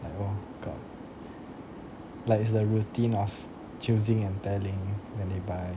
like it's the routine of choosing and telling when they buy